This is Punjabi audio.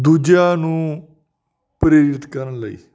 ਦੂਜਿਆਂ ਨੂੰ ਪ੍ਰੇਰਿਤ ਕਰਨ ਲਈ